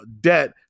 debt